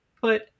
put